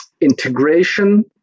integration